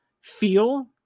feel